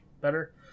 better